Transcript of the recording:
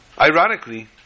Ironically